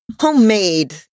homemade